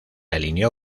alineó